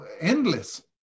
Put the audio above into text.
endless